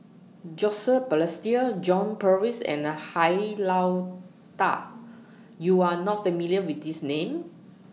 Joseph Balestier John Purvis and Han Lao DA YOU Are not familiar with These Names